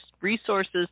resources